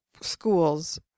schools